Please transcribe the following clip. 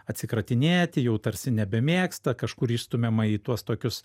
atsikratinėti jau tarsi nebemėgsta kažkur įstumiama į tuos tokius